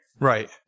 Right